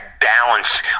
balance